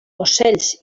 ocells